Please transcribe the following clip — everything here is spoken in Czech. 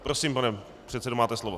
Prosím, pane předsedo, máte slovo.